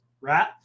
right